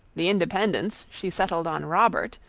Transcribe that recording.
the independence she settled on robert,